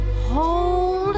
hold